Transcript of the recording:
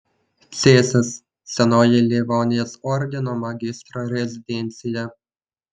cėsys senoji livonijos ordino magistro rezidencija